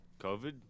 COVID